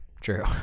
True